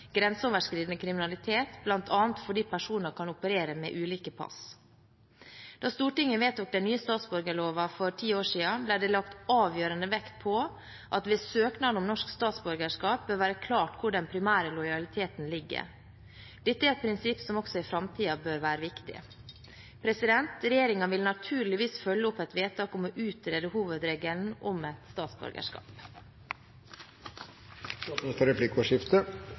grenseoverskridende kriminalitet, bl.a. fordi personer kan operere med ulike pass. Da Stortinget vedtok den nye statsborgerloven for ti år siden, ble det lagt avgjørende vekt på at det ved søknad om norsk statsborgerskap bør være klart hvor den primære lojaliteten ligger. Dette er et prinsipp som også i framtiden bør være viktig. Regjeringen vil naturligvis følge opp et vedtak om å utrede hovedregelen om ett statsborgerskap. Det blir replikkordskifte. Venstre er glad for